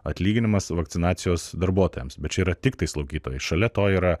atlyginimas vakcinacijos darbuotojams bet yra tiktai slaugytojai šalia to yra